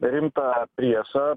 rimtą priešą